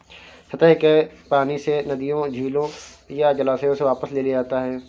सतह के पानी से नदियों झीलों या जलाशयों से वापस ले लिया जाता है